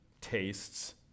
tastes